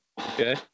Okay